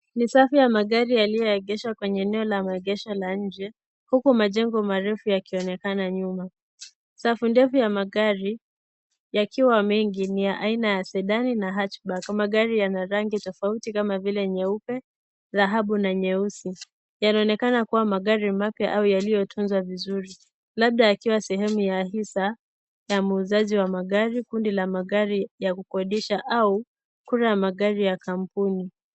Ni safu ya magari yaliyoegeshwa kwenye eneo la maegesho la nje huku majengo marefu yakionekana nyuma. Safu ndefu ya magari, yakiwa mengi ni ya aina ya sedan na hatchback . Magari yana rangi tofauti kama vile nyeupe, dhahabu na nyeusi . Yanaonekana kuwa magari mapya au yaliyotunzwa vizuri labda yakiwa sehemu ya hisa ya muuzaji wa magari , kundi la magari ya kukodisha au kura ya magari ya kampuni.